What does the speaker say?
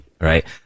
right